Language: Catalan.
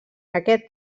aquest